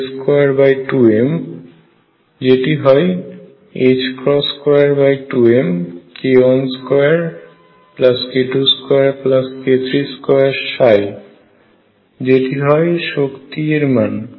যেটি হয় 22mk12k22k32 যেটি হয় শক্তি এর মান